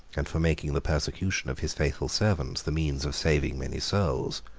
and for making the persecution of his faithful servants the means of saving many souls.